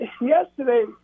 yesterday –